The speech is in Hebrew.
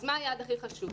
אז מה היעד הכי חשוב?